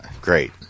Great